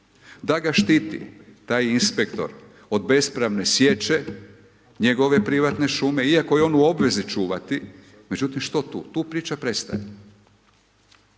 da ga štiti taj inspektor od bespravne sječe njegove privatne šume iako je on u obvezi čuvati, međutim što tu tu priča prestaje.